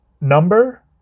number